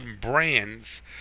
brands